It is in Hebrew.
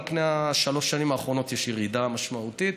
על פני שלוש השנים האחרונות יש ירידה משמעותית,